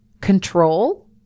control